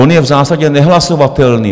on je v zásadě nehlasovatelný.